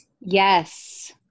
Yes